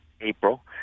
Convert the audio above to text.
april